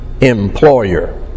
employer